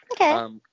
Okay